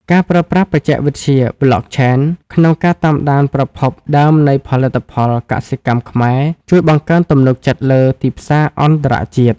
ការប្រើប្រាស់បច្ចេកវិទ្យា Blockchain ក្នុងការតាមដានប្រភពដើមនៃផលិតផលកសិកម្មខ្មែរ ជួយបង្កើនទំនុកចិត្តលើទីផ្សារអន្តរជាតិ។